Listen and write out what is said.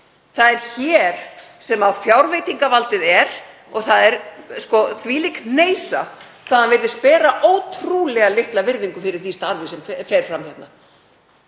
Það er hér sem fjárveitingavaldið er. Og það er þvílík hneisa hvað hann virðist bera ótrúlega litla virðingu fyrir því starfi sem fer fram hérna.